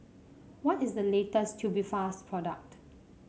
what is the latest Tubifast product